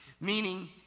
Meaning